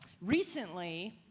recently